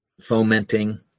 fomenting